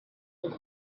his